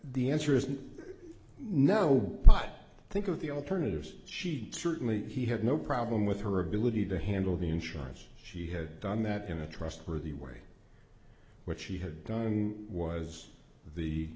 the answer is no but i think of the alternatives she certainly he had no problem with her ability to handle the insurance she had done that in a trustworthy way which she had done was the